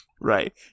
right